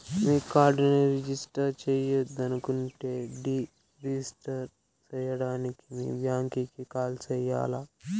మీ కార్డుని రిజిస్టర్ చెయ్యొద్దనుకుంటే deregister సేయడానికి మీ బ్యాంకీకి కాల్ సెయ్యాల్ల